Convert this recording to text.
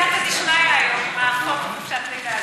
הייתה לי סייעתא דשמיא היום עם החוק חופשת לידה,